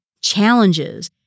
challenges